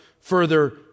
further